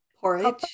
Porridge